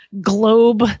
globe